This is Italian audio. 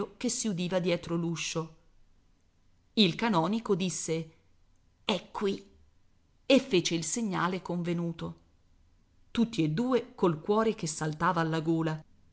che si udiva dietro l'uscio il canonico disse è qui e fece il segnale convenuto tutti e due col cuore che saltava alla gola